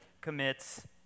commits